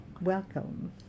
Welcome